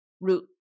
root